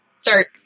Start